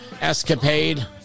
escapade